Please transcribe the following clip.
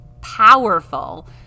powerful